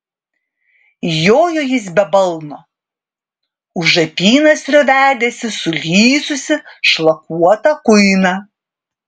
jojo jis be balno už apynasrio vedėsi sulysusį šlakuotą kuiną